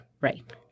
Right